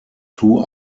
two